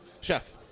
Chef